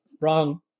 Wrong